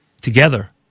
together